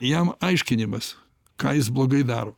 jam aiškinimas ką jis blogai daro